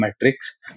metrics